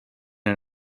and